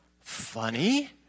Funny